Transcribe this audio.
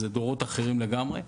אלה דורות אחרים לגמרי.